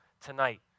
tonight